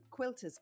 Quilters